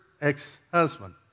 ex-husband